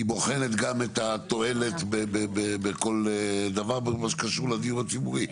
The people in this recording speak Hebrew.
היא בוחנת גם את התועלת בכל דבר שקשור לדיון הציבורי.